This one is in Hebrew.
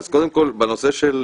אז קודם כל בנושא של